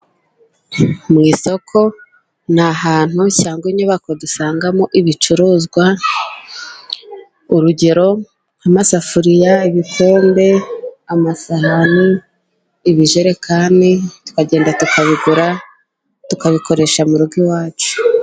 Mu isoko ni ahantu cyangwa inyubako dusangamo ibicuruzwa. Urugero nk'amasafuriya, ibikombe, amasahani, ibijerekani. Tukagenda tukabigura tukabikoresha mu rugo iwacu.